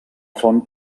font